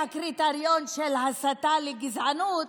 הקריטריון של הסתה לגזענות,